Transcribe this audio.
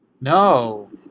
No